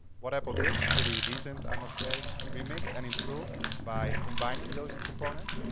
what apple did, pretty decent i must say. remix and improve by combining those components.